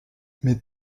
mais